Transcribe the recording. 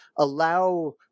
Allow